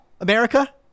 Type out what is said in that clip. America